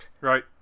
Right